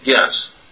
Yes